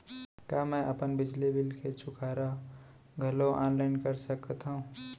का मैं अपन बिजली बिल के चुकारा घलो ऑनलाइन करा सकथव?